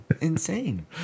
Insane